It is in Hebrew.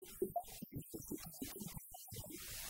אם היה עזרא, שתנתן תורה על ידו